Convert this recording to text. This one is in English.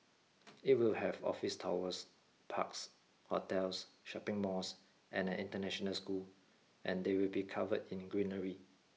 it will have office towers parks hotels shopping malls and an international school and they will be covered in greenery